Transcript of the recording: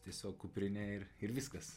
tiesiog kuprine ir ir viskas